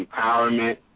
empowerment